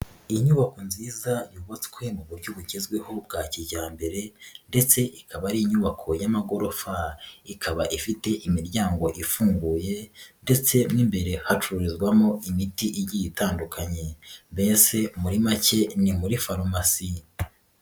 Inyubako nziza yubatswe mu buryo bugezweho bwa kijyambere ndetse ikaba ari inyubako y'amagorofa, ikaba ifite imiryango ifunguye ndetse mo imbere hacururizwamo imiti igiye itandukanye mbese muri make ni muri farumasi.